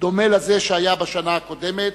דומה לזה שהיה בשנה הקודמת: